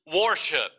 worship